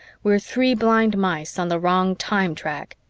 we're three blind mice on the wrong time-track,